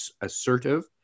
assertive